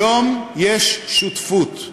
היום יש שותפות.